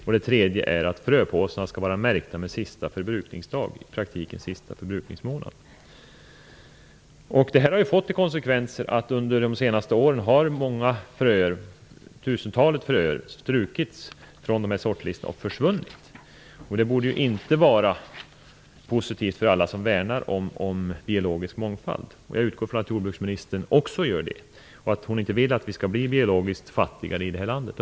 Det tredje är kravet på att fröpåsarna skall vara märkta med sista förbrukningsdag, i praktiken sista förbrukningsmånad. Konsekvensen av dessa krav har blivit att ett tusental fröer under de senaste åren har strukits från dessa sortlistor och försvunnit. Det borde inte vara positivt för alla som värnar om en biologisk mångfald. Jag utgår från att jordbruksministern också gör det och att hon inte vill att vi skall bli biologiskt fattiga i det här landet.